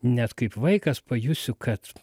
net kaip vaikas pajusiu kad